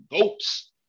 goats